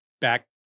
back